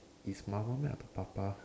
if mama met papa